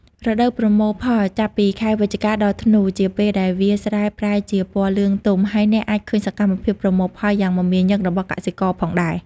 រដូវប្រមូលផលចាប់ពីខែវិច្ឆិកា ដល់ធ្នូ ជាពេលដែលវាលស្រែប្រែជាពណ៌លឿងទុំ ហើយអ្នកអាចឃើញសកម្មភាពប្រមូលផលយ៉ាងមមាញឹករបស់កសិករផងដែរ ។